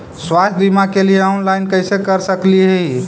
स्वास्थ्य बीमा के लिए ऑनलाइन कैसे कर सकली ही?